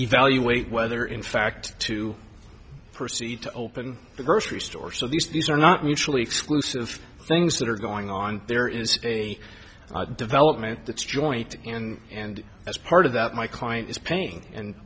evaluate whether in fact to proceed to open the grocery store so these are not mutually exclusive things that are going on there is a development that's joint and as part of that my client is paying and